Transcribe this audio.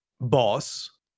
boss